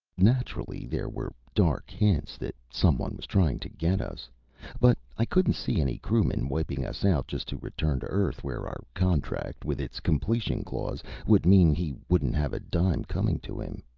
naturally, there were dark hints that someone was trying to get us but i couldn't see any crewman wiping us out just to return to earth, where our contract, with its completion clause, would mean he wouldn't have a dime coming to him.